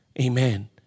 Amen